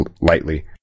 lightly